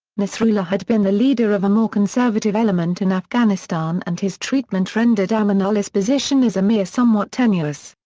nasrullah had been the leader of a more conservative element in afghanistan and his treatment rendered amanullah's position as amir somewhat tenuous.